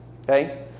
Okay